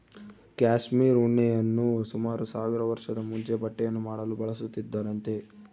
cashmere ಉಣ್ಣೆಯನ್ನು ಸುಮಾರು ಸಾವಿರ ವರ್ಷದ ಮುಂಚೆ ಬಟ್ಟೆಯನ್ನು ಮಾಡಲು ಬಳಸುತ್ತಿದ್ದರಂತೆ